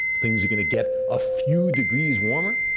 things are going to get a few degrees warmer?